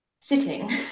sitting